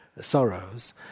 sorrows